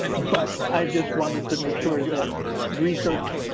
but i just wanted to make sure that research.